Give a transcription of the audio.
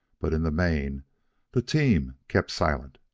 but in the main the team kept silent.